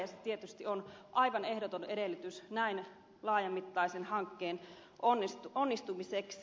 se tietysti on aivan ehdoton edellytys näin laajamittaisen hankkeen onnistumiseksi